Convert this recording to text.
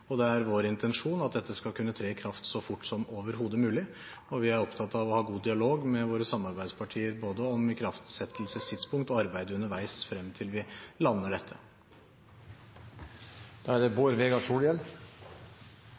og det er vår intensjon at dette skal kunne tre i kraft så fort som overhodet mulig. Vi er opptatt av å ha god dialog med våre samarbeidspartier om både ikraftsettelsestidspunkt og arbeidet underveis frem til vi lander dette. Eg synest det